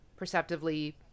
perceptively